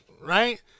right